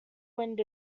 wind